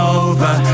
over